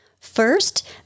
First